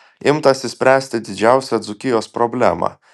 imtasi spręsti didžiausią dzūkijos problemą